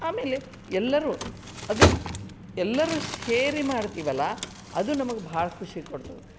ಆಮೇಲೆ ಎಲ್ಲರೂ ಅದು ಎಲ್ಲರೂ ಸೇರಿ ಮಾಡ್ತೀವಲ್ಲ ಅದು ನಮ್ಗೆ ಭಾಳ ಖುಷಿ ಕೊಡ್ತದೆ